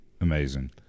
Amazing